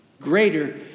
greater